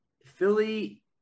Philly